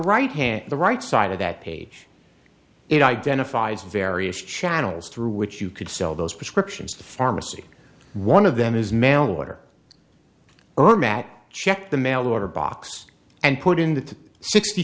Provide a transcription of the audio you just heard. right hand the right side of that page it identifies various channels through which you could sell those prescriptions to pharmacy one of them is mail order oh matt checked the mail order box and put in the sixty